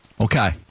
Okay